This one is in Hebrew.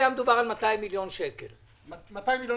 בזה לא אנחנו טיפלנו.